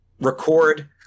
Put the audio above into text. record